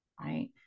right